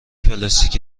پلاستیکی